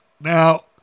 Now